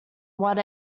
what